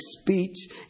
speech